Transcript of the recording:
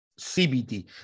CBD